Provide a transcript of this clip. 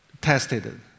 tested